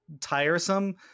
tiresome